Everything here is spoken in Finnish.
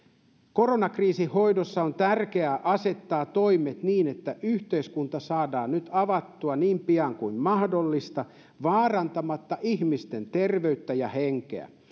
koronakriisin hoidossa on tärkeä asettaa toimet niin että yhteiskunta saadaan nyt avattua niin pian kuin mahdollista vaarantamatta ihmisten terveyttä ja henkeä